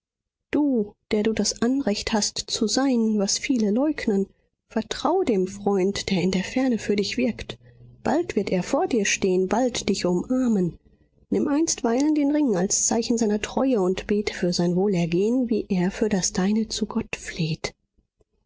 du der du das anrecht hast zu sein was viele leugnen vertrau dem freund der in der ferne für dich wirkt bald wird er vor dir stehen bald dich umarmen nimm einstweilen den ring als zeichen seiner treue und bete für sein wohlergehen wie er für das deine zu gott